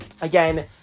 Again